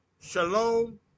shalom